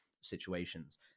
situations